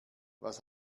was